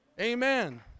Amen